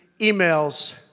emails